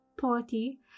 Party